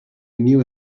new